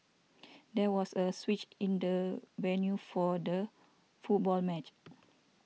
there was a switch in the venue for the football match